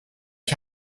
ich